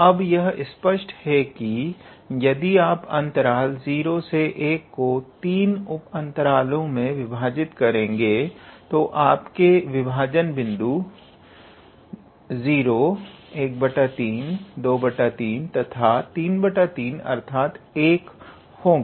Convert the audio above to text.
अब यह स्पष्ट है कि यदि आप अंतराल 0 1 को 3 उप अंतरलों में विभाजित करेंगे तो आपके विभाजन बिंदु 01323 तथा 33 अर्थात 1 होगा